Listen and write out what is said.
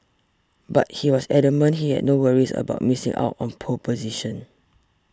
but he was adamant he had no worries about missing out on pole position